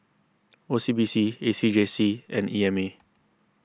O C B C A C J C and E M A